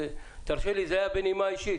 יואל, תרשה לי, זה היה בנימה אישית.